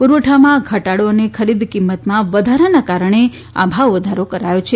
પુરવઠામાં ઘટાડો અને ખરીદ કિંમત વધારાના કારણે આ ભાવ વધારો કરાયો છે